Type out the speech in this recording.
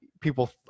people